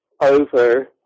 over